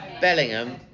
Bellingham